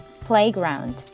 playground